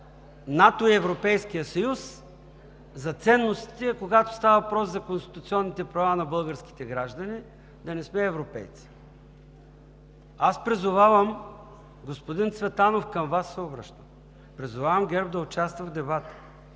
НАТО и Европейския съюз, за ценностите, а когато става въпрос за конституционните права на българските граждани, да не сме европейци. Господин Цветанов, обръщам се към Вас – призовавам ГЕРБ да участва в дебата.